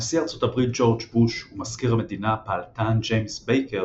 נשיא ארצות הברית ג'ורג' בוש ומזכיר המדינה הפעלתן ג'יימס בייקר